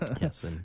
Yes